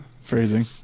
phrasing